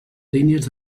línies